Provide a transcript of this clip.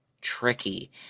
tricky